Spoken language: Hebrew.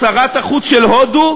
שרת החוץ של הודו.